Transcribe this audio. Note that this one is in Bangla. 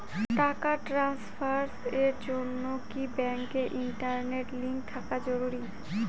টাকা ট্রানস্ফারস এর জন্য কি ব্যাংকে ইন্টারনেট লিংঙ্ক থাকা জরুরি?